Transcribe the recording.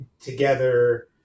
together